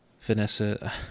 Vanessa